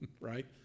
right